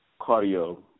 cardio